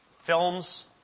films